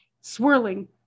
swirling